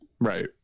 Right